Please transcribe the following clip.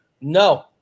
No